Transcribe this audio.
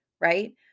Right